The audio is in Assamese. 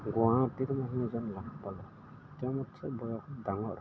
গুৱাহাটীৰ মানুহজন লগ পালোঁ তেওঁ মোতছে বয়সত ডাঙৰ